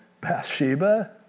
Bathsheba